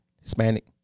Hispanic